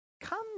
come